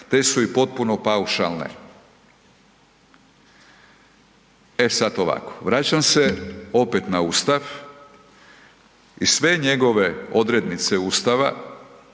te su i potpuno paušalne. E sad ovako, vraćam se opet na Ustav i sve njegove odrednice Ustava,